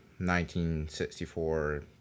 1964